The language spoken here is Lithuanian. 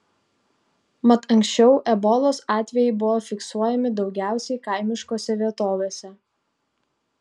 mat anksčiau ebolos atvejai buvo fiksuojami daugiausiai kaimiškose vietovėse